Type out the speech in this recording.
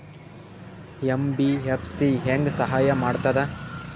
MBFC ಹೆಂಗ್ ಸಹಾಯ ಮಾಡ್ತದ?